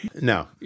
No